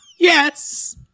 Yes